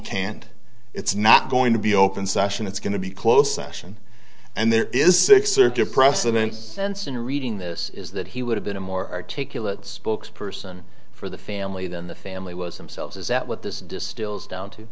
can't it's not going to be open session it's going to be close action and there is six circuit precedents sense in reading this is that he would have been a more articulate spokesperson for the family than the family was themselves is that what this distills down to